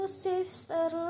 sister